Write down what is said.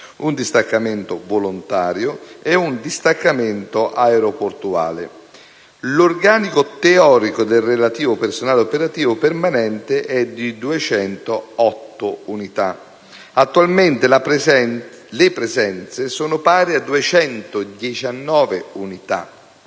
un distaccamento volontario e un distaccamento aeroportuale. L'organico teorico del relativo personale operativo permanente è di 208 unità. Attualmente le presenze sono pari a 219 unità,